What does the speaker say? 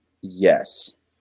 Yes